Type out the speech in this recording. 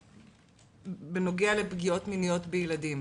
בנוגע לפגיעות מיניות בילדים,